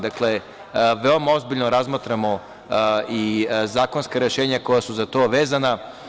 Dakle, veoma ozbiljno razmatramo i zakonska rešenja koja su za to vezana.